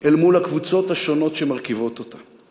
אל מול הקבוצות השונות שמרכיבות אותה.